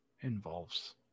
involves